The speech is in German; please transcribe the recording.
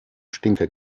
stinker